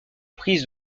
prise